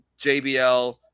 JBL